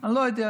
אני לא יודע.